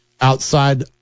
outside